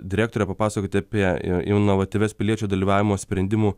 direktorę papasakoti apie inovatyvias piliečių dalyvavimo sprendimų